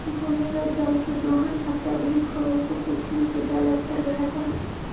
भूमिगत जल के दोहन अत्यधिक होवऽ से पृथ्वी के जल स्तर घटऽ हई